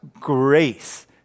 grace